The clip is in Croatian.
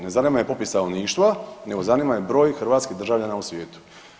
Ne zanima me popis stanovništva, nego zanima me broj hrvatskih državljana u svijetu.